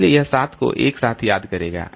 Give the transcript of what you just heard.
इसलिए यह 7 को एक साथ याद करेगा